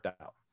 out